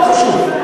לא חשוב.